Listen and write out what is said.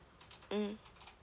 mm